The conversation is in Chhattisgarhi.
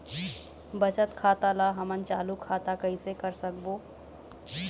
बचत खाता ला हमन चालू खाता कइसे कर सकबो?